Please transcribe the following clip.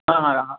હા હા